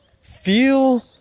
feel